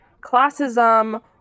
classism